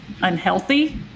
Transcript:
unhealthy